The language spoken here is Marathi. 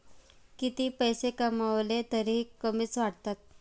कितीही पैसे कमावले तरीही कमीच वाटतात